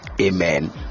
Amen